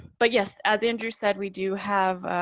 but yes, as andrew said, we do have